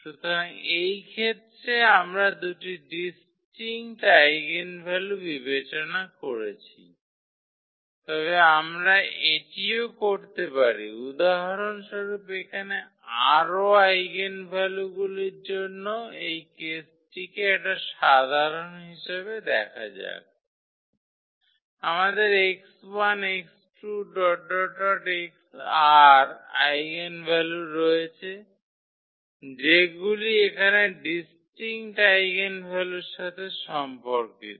সুতরাং এইক্ষেত্রে আমরা দুটি ডিস্টিঙ্কট আইগেনভ্যালু বিবেচনা করেছি তবে আমরা এটিও করতে পারি উদাহরণস্বরূপ এখানে আরও আইগেনভ্যালুগুলির জন্য এই কেসটিকে একটা সাধারণ হিসাবে দেখা যাক আমাদের 𝑥1 𝑥2 𝑥𝑟 আইগেনভ্যালু রয়েছে যেগুলি এখানে ডিস্টিঙ্কট আইগেনভ্যালুর সাথে সম্পর্কিত